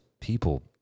People